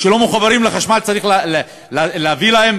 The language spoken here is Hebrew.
שלא מחוברות לחשמל, צריך להביא להן